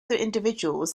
individuals